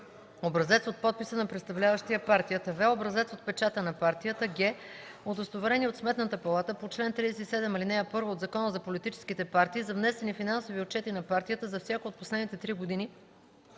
образец от подписа на представляващия партията; в) образец от печата на партията; г) удостоверение от Сметната палата по чл. 37, ал. 1 от Закона за политическите партии за внесени финансови отчети на партията за всяка от последните три години,